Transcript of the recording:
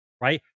right